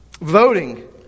Voting